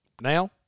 Now